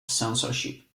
censorship